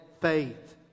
faith